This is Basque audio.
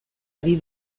ari